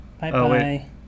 Bye-bye